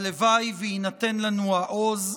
הלוואי ויינתן לנו העוז,